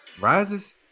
rises